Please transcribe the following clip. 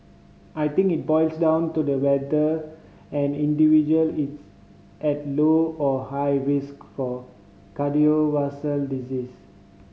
I think it boils down to the whether and individual it's at low or high risk for cardiovascular disease